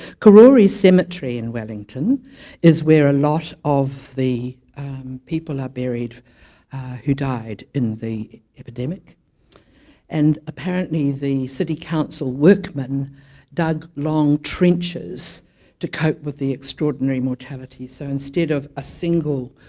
karori cemetery in wellington is where a lot of the people are buried who died in the epidemic and apparently the city council workmen dug long trenches to cope with the extraordinary mortality so instead of a single